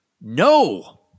No